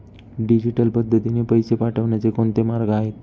Digital पद्धतीने पैसे पाठवण्याचे कोणते मार्ग आहेत?